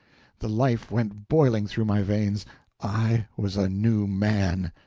the life went boiling through my veins i was a new man!